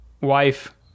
wife